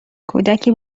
کودکی